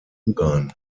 ungarn